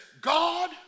God